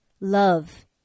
Love